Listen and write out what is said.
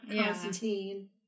Constantine